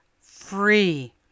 free